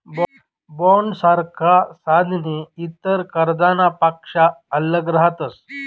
बॉण्डसारखा साधने इतर कर्जनापक्सा आल्लग रहातस